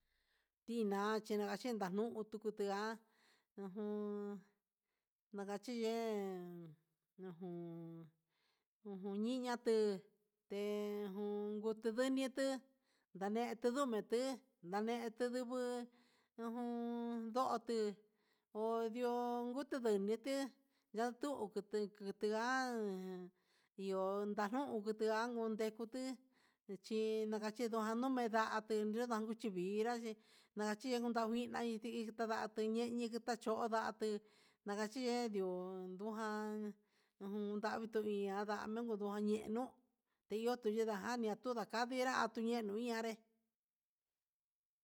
Tiná chi nakachi nanuu nduku ndua ujun nakachiye'e, ujun ujun niña tu'u té ngun ngutu ndunitu ndane tu ndume tuu ne'e tundubu ujun dotu ondion ngutu ndanité ndadu kutu kutia he danuu jutiannu ndekyutu chi ndachi iha nomé, nda'a kuyuchi ninrá chí nakachi nakuta kuguina ti'i tandato, nduñene tachó ndatu nakache ndió nduján ujun ndami tuiña ndanñio uun nduyani nun teyo tundijani, ñatungavinra tuña nu iñanré.